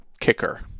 kicker